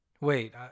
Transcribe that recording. Wait